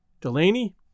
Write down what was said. Delaney